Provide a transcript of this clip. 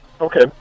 Okay